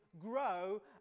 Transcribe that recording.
grow